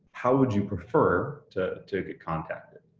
how would you prefer to to get contacted?